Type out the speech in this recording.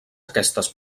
aquestes